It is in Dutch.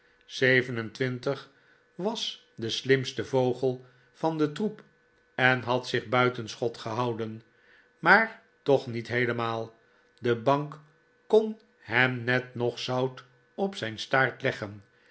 twintig was de slimste vogel van den troep en had zich buiten schot gehouden maar toch niet heelemaal de bank kon hem net nog zout op zijn staart leggen